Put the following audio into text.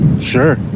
Sure